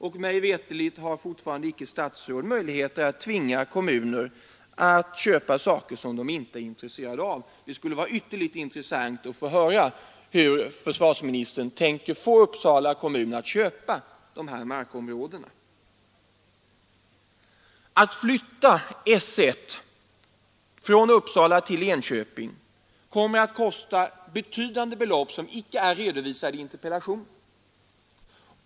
Och mig veterligt har ett statsråd ännu inga möjligheter att tvinga kommuner att köpa mark som de inte är intresserade av. Det skulle vara ytterligt värdefullt att få höra hur försvarsministern tänker få Uppsala kommun att köpa dessa markområden. Att flytta S 1 från Uppsala till Enköping kommer att kosta betydande belopp som inte är redovisade.